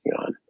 on